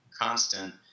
constant